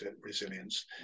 resilience